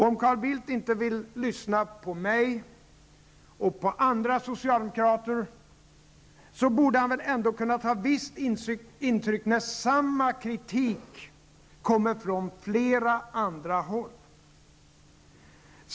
Om Carl Bildt inte vill lyssna på mig, och på andra socialdemokrater, borde han väl ändå kunna ta visst intryck när samma kritik kommer från flera andra håll.